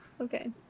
Okay